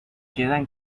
quedan